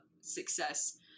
success